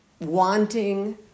wanting